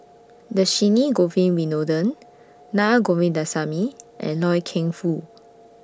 Dhershini Govin Winodan Naa Govindasamy and Loy Keng Foo